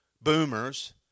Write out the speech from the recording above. boomers